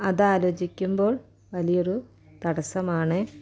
അതാലോചിക്കുമ്പോൾ വലിയൊരു തടസമാണ്